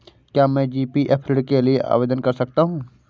क्या मैं जी.पी.एफ ऋण के लिए आवेदन कर सकता हूँ?